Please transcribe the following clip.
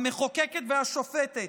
המחוקקת והשופטת,